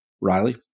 Riley